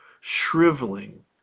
shriveling